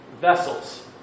vessels